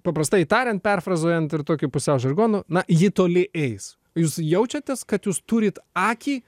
paprastai tariant perfrazuojant ir tokiu pusiau žargonu na ji toli eis jūs jaučiatės kad jūs turit akį